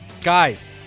guys